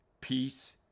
peace